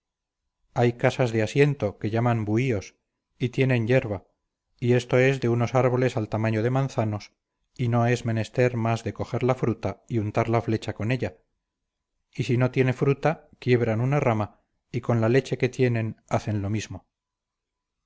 hay casas de asiento que llaman buhíos y tienen yerba y esto es de unos árboles al tamaño de manzanos y no es menester más de coger la fruta y untar la flecha con ella y si no tiene fruta quiebran una rama y con la leche que tienen hacen lo mismo